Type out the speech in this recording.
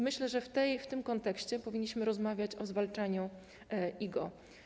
Myślę, że w tym kontekście powinniśmy rozmawiać o zwalczaniu IGO.